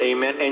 Amen